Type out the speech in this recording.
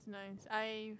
I I